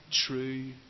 true